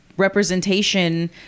representation